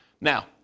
Now